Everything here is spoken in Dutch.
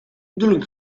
bedoeling